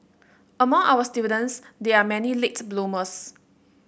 among our students there are many late bloomers